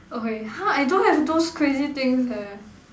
okay !huh! I don't have those crazy things eh